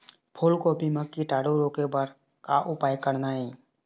फूलगोभी म कीटाणु रोके बर का उपाय करना ये?